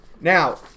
Now